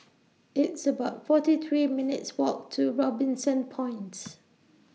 It's about forty three minutes' Walk to Robinson Points